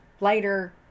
later